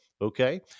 okay